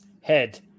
head